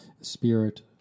Spirit